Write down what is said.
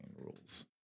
rules